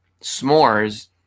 s'mores